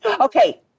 Okay